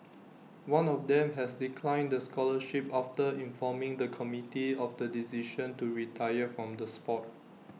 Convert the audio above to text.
one of them has declined the scholarship after informing the committee of the decision to retire from the Sport